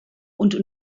und